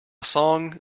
song